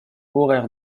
horaires